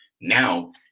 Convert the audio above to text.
now